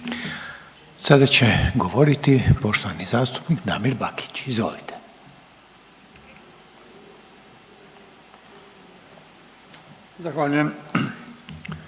Sada će govoriti poštovani zastupnik Damir Bakić, izvolite. **Bakić,